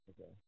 Okay